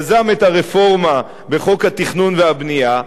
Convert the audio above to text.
יזם את הרפורמה בחוק התכנון והבנייה,